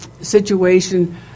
situation